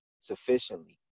sufficiently